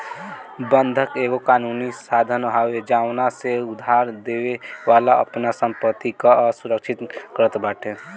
बंधक एगो कानूनी साधन हवे जवना से उधारदेवे वाला अपनी संपत्ति कअ सुरक्षा करत बाटे